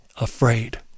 afraid